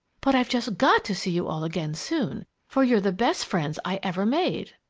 but i've just got to see you all again soon, for you're the best friends i ever made.